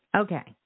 okay